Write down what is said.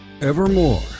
Evermore